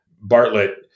Bartlett